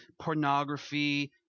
pornography